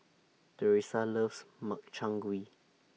Teresa loves Makchang Gui